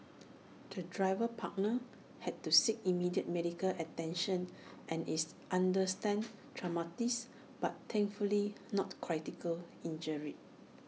the driver partner had to seek immediate medical attention and is understand traumatised but thankfully not critically injured